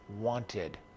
wanted